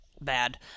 bad